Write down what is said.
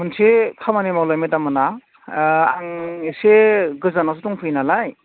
मोनसे खामानि मावलाय मेडाम मोनहा आं एसे गोजानावसो दंफैयोनालाय